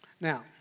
Now